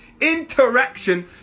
interaction